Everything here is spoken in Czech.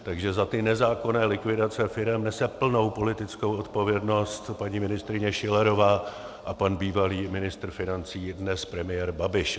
Takže za ty nezákonné likvidace firem nese plnou politickou odpovědnost paní ministryně Schillerová a pan bývalý ministr financí, dnes premiér Babiš.